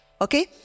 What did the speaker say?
Okay